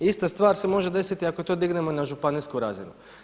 Ista stvar se može desiti ako to dignemo na županijsku razinu.